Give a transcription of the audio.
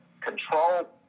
control